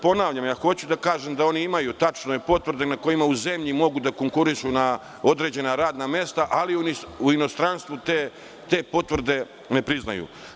Ponavljam, hoću da kažem da oni imaju potvrde sa kojima u zemlji mogu da konkurišu na određena radna mesta, ali u inostranstvu te potvrde ne priznaju.